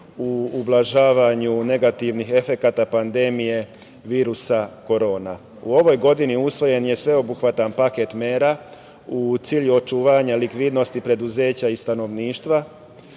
u ublažavanju negativnih efekata pandemije virusa korona.U ovoj godini usvoje je sveobuhvatni paket mera u cilju očuvanja likvidnosti preduzeća i stanovništva,